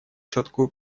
четкую